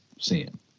seeing